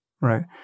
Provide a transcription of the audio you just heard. Right